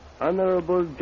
Honorable